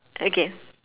okay